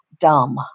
dumb